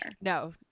no